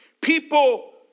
People